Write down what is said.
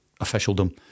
officialdom